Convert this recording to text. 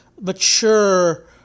mature